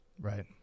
Right